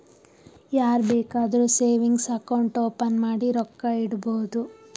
ಯಾರ್ ಬೇಕಾದ್ರೂ savings account open ಮಾಡಿ ರೊಕ್ಕಾ ಇಡ್ಬೋದು